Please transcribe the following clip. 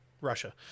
Russia